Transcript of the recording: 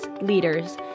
leaders